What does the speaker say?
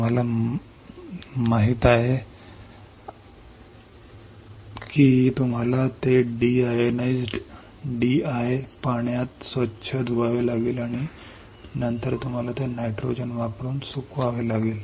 तुम्हाला माहित आहे की तुम्हाला ते डिओनाइज्ड पाण्यात स्वच्छ धुवावे लागेल आणि नंतर तुम्हाला ते नायट्रोजन वापरून सुकवावे लागेल